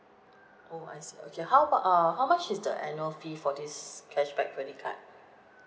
oh I see okay how about uh how much is the annual fee for this cashback credit card